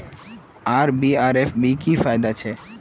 RD आर FD की फ़ायदा छे?